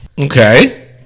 Okay